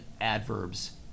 adverbs